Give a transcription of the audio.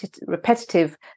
repetitive